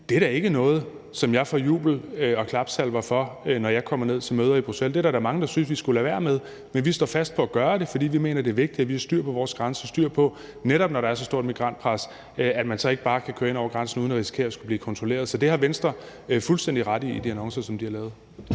jeg hilse og sige, som jeg får jubel og klapsalver for, når jeg kommer ned til møder i Bruxelles. Det er der da mange der synes vi skulle lade være med. Men vi står fast på at gøre det, fordi vi mener, at det er vigtigt, at vi har styr på vores grænser, så man ikke bare, netop når der er så stort et migrantpres, kan køre ind over grænsen uden at risikere at skulle blive kontrolleret. Så det har Venstre fuldstændig ret i i de annoncer, som de har lavet.